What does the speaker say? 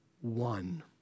one